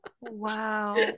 Wow